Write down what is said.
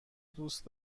دوست